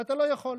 ואתה לא יכול.